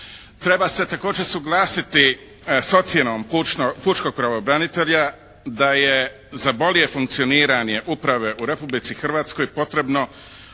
Treba se također suglasiti s ocjenom pučkog pravobranitelja da je za bolje funkcioniranje uprave u Republici Hrvatskoj potrebno